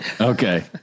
Okay